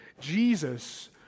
Jesus